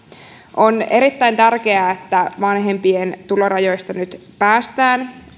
on erittäin tärkeää että nyt vanhempien tulorajoista päästään